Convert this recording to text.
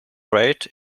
rate